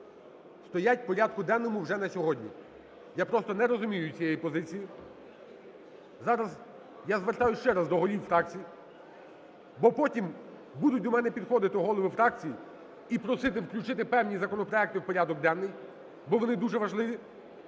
стоять в порядку денному вже на сьогодні. Я просто не розумію цієї позиції. Зараз я звертаюсь ще раз до голів фракцій, бо потім будуть до мене підходити голови фракцій і просити включити певні законопроекти в порядок денний, бо вони дуже важливі.